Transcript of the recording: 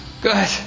good